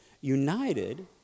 united